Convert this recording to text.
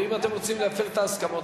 ואם אתם רוצים להפר את ההסכמות,